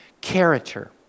Character